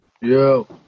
yo